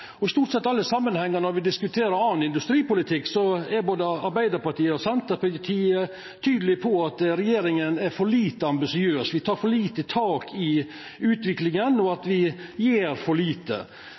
industrimeldinga. I stort sett alle samanhengar når me diskuterer annan industripolitikk, er både Arbeidarpartiet og Senterpartiet tydelege på at regjeringa er for lite ambisiøs, at me tek for lite tak i utviklinga, og at